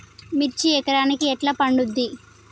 మిర్చి ఎకరానికి ఎట్లా పండుద్ధి?